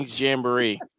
Jamboree